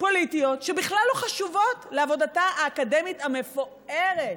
פוליטיות שבכלל לא חשובות לעבודתה האקדמית המפוארת.